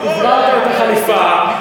אווררת את החליפה,